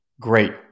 Great